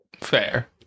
Fair